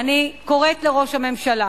אני קוראת לראש הממשלה